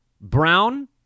Brown